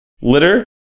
litter